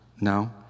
no